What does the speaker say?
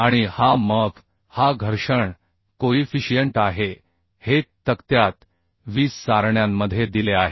आणि हा Muf हा घर्षण कोईफिशियंट आहे हे तक्त्यात 20 सारण्यांमध्ये दिले आहे